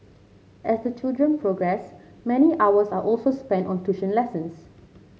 as the children progress many hours are also spent on tuition lessons